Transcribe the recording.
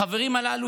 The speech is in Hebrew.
החברים הללו,